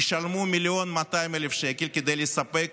ישלמו 1.2 מיליון שקל כדי לספק